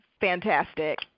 fantastic